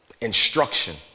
instruction